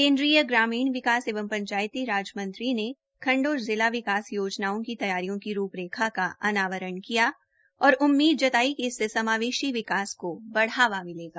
केन्द्रीय ग्रामीण विकास एवं पंचायती राज मंत्री ने खंड और जिला विकास योजनाओं की तैयारियों की रूपरेखा का अनावरण किया और उम्मीद जताई कि इससे समावेशी विकास को बढ़ावा मिलेगा